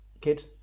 kid